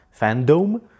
Fandom